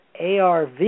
ARV